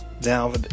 Down